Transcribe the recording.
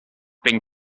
been